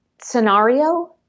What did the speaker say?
scenario